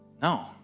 No